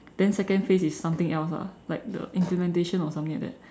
then second phase is something else lah like the implementation or something like that